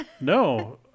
no